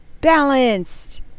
balanced